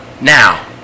now